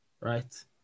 right